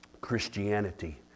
Christianity